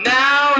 now